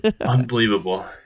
Unbelievable